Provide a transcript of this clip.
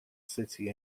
city